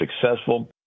successful